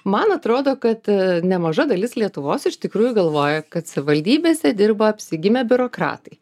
man atrodo kad nemaža dalis lietuvos iš tikrųjų galvoja kad savivaldybėse dirba apsigimę biurokratai